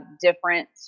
different